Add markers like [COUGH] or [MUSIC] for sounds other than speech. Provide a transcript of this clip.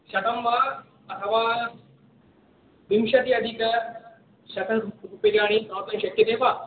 शतं वा अथवा विंशतिः अधिकशतरूप्यकाणि [UNINTELLIGIBLE] शक्यते वा